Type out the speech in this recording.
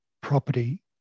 property